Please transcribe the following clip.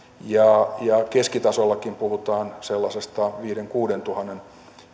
ja ja keskitasollakin puhutaan sellaisesta viidentuhannen viiva kuudentuhannen